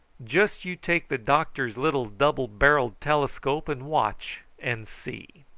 just you take the doctor's little double-barrelled telescope and watch and see.